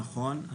נכון.